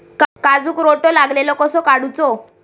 काजूक रोटो लागलेलो कसो काडूचो?